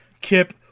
Kip